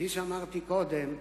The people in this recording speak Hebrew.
כפי שאמרתי קודם,